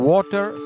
Water